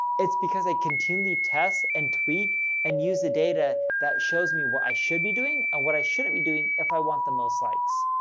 it's because i continually test and tweak and use the data that shows me what i should be doing and what i shouldn't be doing if i want the most likes.